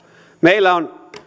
meillä on